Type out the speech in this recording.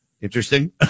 Interesting